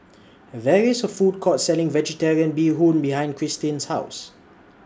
There IS A Food Court Selling Vegetarian Bee Hoon behind Christin's House